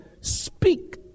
speak